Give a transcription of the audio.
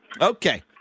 Okay